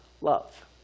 love